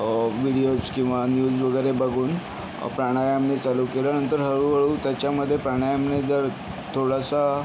videos किंवा news वगैरे बघून प्राणायाम मी चालू केलं नंतर हळूहळू त्याच्यामध्ये प्राणायामने जर थोडासा